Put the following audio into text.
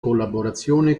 collaborazione